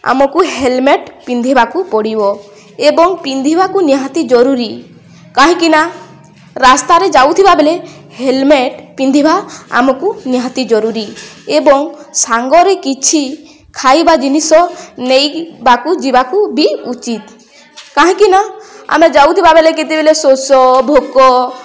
ଆମକୁ ହେଲମେଟ ପିନ୍ଧିବାକୁ ପଡ଼ିବ ଏବଂ ପିନ୍ଧିବାକୁ ନିହାତି ଜରୁରୀ କାହିଁକିନା ରାସ୍ତାରେ ଯାଉଥିବା ବେଲେ ହେଲମେଟ ପିନ୍ଧିବା ଆମକୁ ନିହାତି ଜରୁରୀ ଏବଂ ସାଙ୍ଗରେ କିଛି ଖାଇବା ଜିନିଷ ନେଇବାକୁ ଯିବାକୁ ବି ଉଚିତ କାହିଁକିନା ଆମେ ଯାଉଥିବା ବେଲେ କେତେବେଲେ ଶୋଷ ଭୋକ